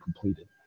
completed